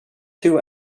two